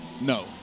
No